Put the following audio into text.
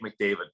McDavid